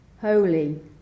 holy